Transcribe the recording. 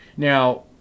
Now